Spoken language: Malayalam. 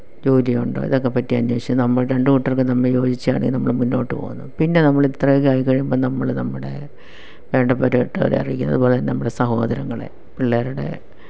ജോലിയുണ്ടോ ഇതൊക്കെ പറ്റി അന്വേഷിച്ച് നമ്മള് രണ്ട് കൂട്ടര്ക്കും തമ്മിൽ യോജിച്ചതാണേൽ നമ്മൾ മുന്നോട്ട് പോകുന്നു പിന്നെ നമ്മളിത്രേക്കെ ആയി കഴിയുമ്പോൾ നമ്മൾ നമ്മുടെ വേണ്ടപ്പെട്ടവരെ അറിയിക്കുന്നു അതുപോലെ തന്നെ നമ്മുടെ സഹോദരങ്ങളെ പിള്ളേരുടെ